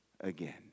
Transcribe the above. again